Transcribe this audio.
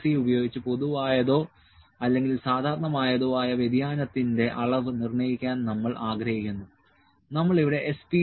C ഉപയോഗിച്ച് പൊതുവായതോ അല്ലെങ്കിൽ സാധാരണമായതോ ആയ വ്യതിയാനത്തിന്റെ അളവ് നിർണ്ണയിക്കാൻ നമ്മൾ ആഗ്രഹിക്കുന്നു നമ്മൾ ഇവിടെ S